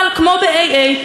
אבל כמו ב-AA,